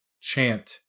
chant